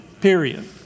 period